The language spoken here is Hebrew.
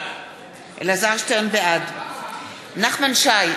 בעד נחמן שי,